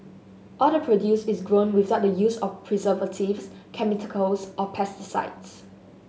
all the produce is grown without the use of preservatives chemicals or pesticides